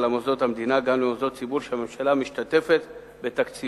מוסדות המדינה גם על מוסדות ציבור שהממשלה משתתפת בתקציבם.